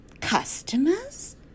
customers